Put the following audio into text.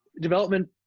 development